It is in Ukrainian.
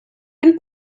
він